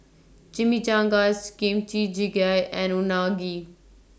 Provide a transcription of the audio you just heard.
Chimichangas Kimchi Jjigae and Unagi